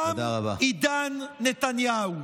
תם עידן נתניהו.